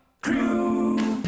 Crew